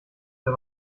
der